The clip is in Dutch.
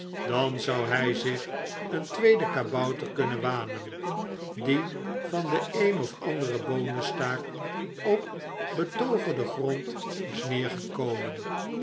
dan zou hij zich een tweede kabouter kunnen wanen die van den een of anderen boonenstaak op betooverden grond is